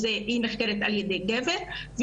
והיא נחקרת על ידי גבר,